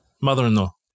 Mother-in-law